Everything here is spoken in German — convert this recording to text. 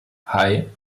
hei